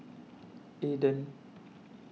Aden